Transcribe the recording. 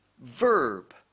verb